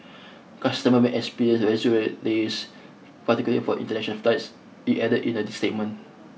customer may experience residual delays particularly for international flights it added in a statement